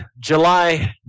July